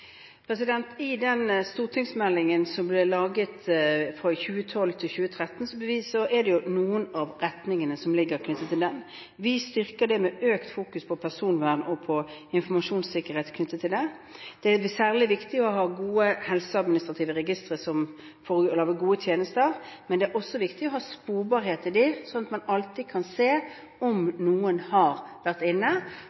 I stortingsmeldingen som kom i 2012–2013, ligger jo noen av retningene knyttet til dette. Vi styrker det med økt fokus på personvern og informasjonssikkerhet. Det er særlig viktig å ha gode helseadministrative registre som gir gode tjenester, men det er også viktig å ha sporbarhet i dem, slik at man alltid kan se om